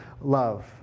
love